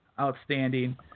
outstanding